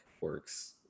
works